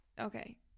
Okay